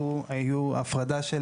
היו הפרדה של